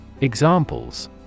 Examples